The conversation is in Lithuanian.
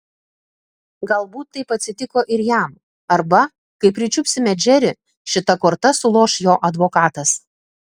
galbūt taip atsitiko ir jam arba kai pričiupsime džerį šita korta suloš jo advokatas